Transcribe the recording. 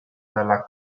dalla